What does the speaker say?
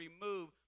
remove